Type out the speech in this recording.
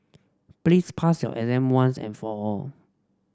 please pass your exam once and for all